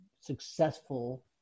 successful